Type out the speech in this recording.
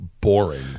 boring